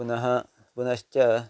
पुनः पुनश्च